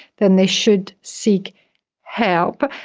then they should seek help.